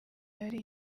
yari